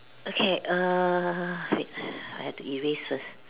okay err wait I have to erase first